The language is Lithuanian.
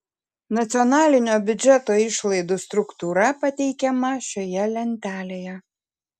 nacionalinio biudžeto išlaidų struktūra pateikiama šioje lentelėje